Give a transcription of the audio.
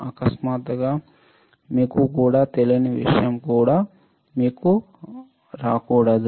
అకస్మాత్తుగా మీకు కూడా తెలియని విషయం మీకు రాకూడదు